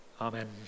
Amen